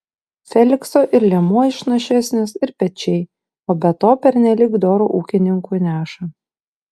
felikso ir liemuo išnašesnis ir pečiai o be to pernelyg doru ūkininku neša